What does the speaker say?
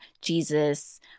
Jesus